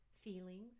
feelings